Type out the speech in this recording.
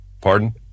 Pardon